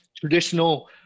traditional